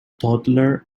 toddler